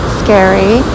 scary